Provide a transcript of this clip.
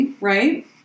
right